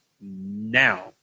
now